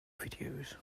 videos